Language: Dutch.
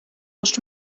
was